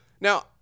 Now